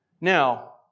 Now